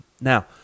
Now